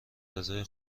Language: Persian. رضای